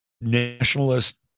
nationalist